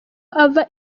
ava